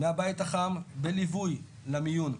מהבית החם בליווי למיון,